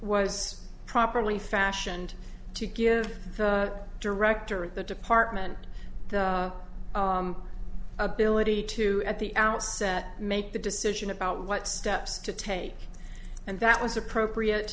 was properly fashioned to give director of the department ability to at the outset make the decision about what steps to take and that was appropriate